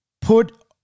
Put